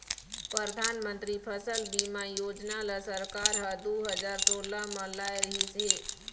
परधानमंतरी फसल बीमा योजना ल सरकार ह दू हजार सोला म लाए रिहिस हे